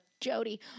jody